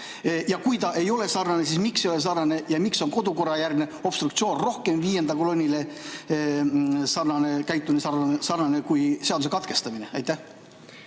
Kui ta ei ole sarnane, siis miks ei ole sarnane? Ja miks on kodukorrajärgne obstruktsioon rohkem viienda kolonniga sarnane käitumine kui seaduse katkestamine? Suur